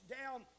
down